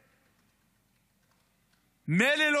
מילא,